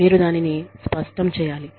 మీరు దానిని స్పష్టం చేయాలి